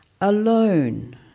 Alone